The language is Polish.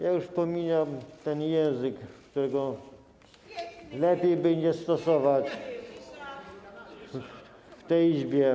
Ja już pomijam ten język, którego lepiej by nie stosować w tej Izbie.